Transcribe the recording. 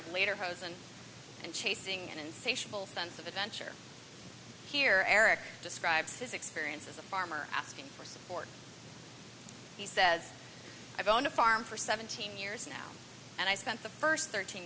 of later hose and and chasing an insatiable sense of adventure here eric describes his experience as a farmer asking for support he says i've owned a farm for seventeen years now and i spent the first thirteen